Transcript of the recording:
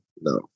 no